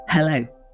Hello